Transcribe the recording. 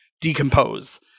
decompose